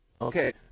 Okay